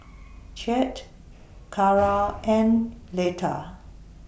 Chet Cara and Letta